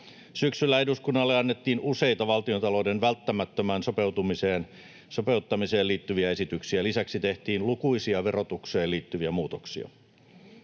Syksyllä eduskunnalle annettiin useita valtiontalouden välttämättömään sopeuttamiseen liittyviä esityksiä. Lisäksi tehtiin lukuisia verotukseen liittyviä muutoksia.